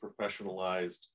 professionalized